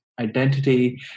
identity